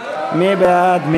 מי בעד?